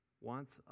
wants